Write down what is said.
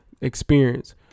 experience